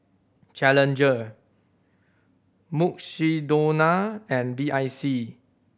Challenger Mukshidonna and B I C